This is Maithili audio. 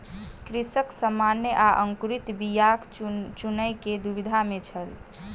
कृषक सामान्य आ अंकुरित बीयाक चूनअ के दुविधा में छल